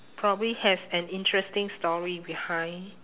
probably has an interesting story behind